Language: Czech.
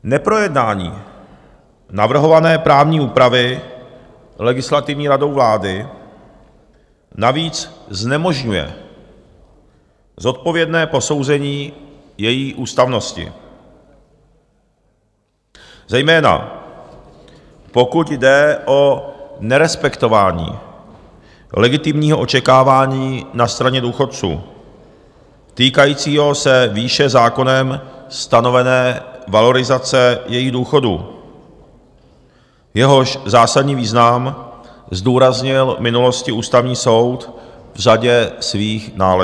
Neprojednání navrhované právní úpravy Legislativní radou vlády navíc znemožňuje zodpovědné posouzení její ústavnosti, zejména pokud jde o nerespektování legitimního očekávání na straně důchodců týkajícího se výše zákonem stanovené valorizace jejich důchodu, jehož zásadní význam zdůraznil v minulosti Ústavní soud v řadě svých nálezů.